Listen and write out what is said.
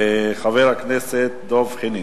חבר הכנסת דב חנין.